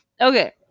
Okay